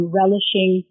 relishing